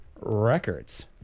records